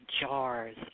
jars